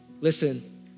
Listen